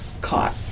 caught